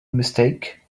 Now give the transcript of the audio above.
mistake